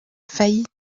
faillite